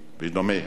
ודומיהם.